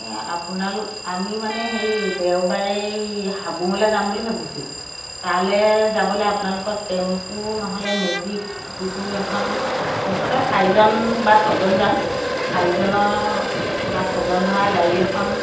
এই আপোনালোক আমি মানে সেই দেওবাৰে এই হাবুঙলৈ যাম বুলি ভাবিছো তালে যাবলৈ আপোনালোকৰ টেম্পু নহ'লে মেজিক যিকোনো এখন মুঠতে চাৰিজন বা ছয়জন যাম চাৰিজনৰ বা ছয়জন ধৰা গাড়ী এখন